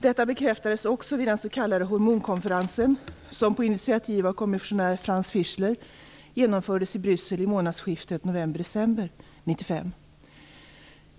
Detta bekräftades också vid den s.k. Hormonkonferensen som på initiativ av kommissionären Franz Fischler genomfördes i Bryssel i månadsskiftet november-december 1995.